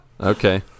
Okay